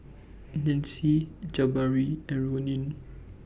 Nancy Jabari and Ronin